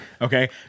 Okay